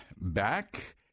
back